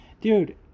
Dude